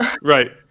right